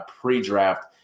pre-draft